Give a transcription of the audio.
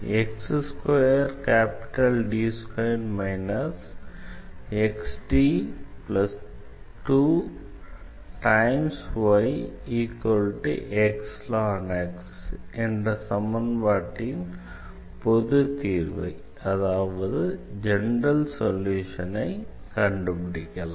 என்ற சமன்பாட்டின் பொதுத்தீர்வை அதாவது ஜெனரல் சொல்யூஷனை கண்டுபிடிக்கலாம்